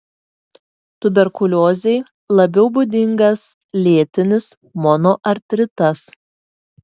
tuberkuliozei labiau būdingas lėtinis monoartritas